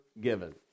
given